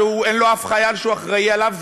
שאין לו אף חייל שהוא אחראי עליו,